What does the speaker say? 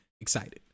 excited